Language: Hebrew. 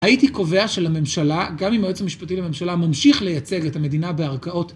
הייתי קובע שלממשלה, גם אם היועץ המשפטי לממשלה, ממשיך לייצג את המדינה בארכאות.